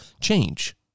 change